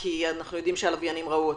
כי אנחנו יודעים שהלוויינים ראו אותו.